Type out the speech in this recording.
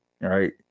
right